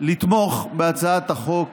לתמוך בהצעת החוק